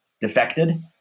defected